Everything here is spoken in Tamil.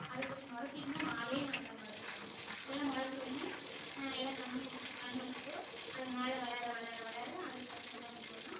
அதுக்கப் நொரப்பீக்கங்கா நாலே நாளில் முளச்சிறும் எல்லாம் முளச்ச ஒன்னே எல்லாம் தண்ணி விட் தண்ணி விட்டுட்டு அது மேலே வளர வளர வளர அதுக்கு வந்து என்ன பண்ணுவோன்னா